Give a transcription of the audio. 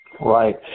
Right